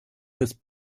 his